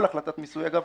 אגב, כל החלטת מיסוי.